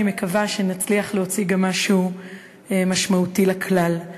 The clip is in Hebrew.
אני מקווה שנצליח להוציא גם משהו משמעותי לכלל.